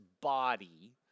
body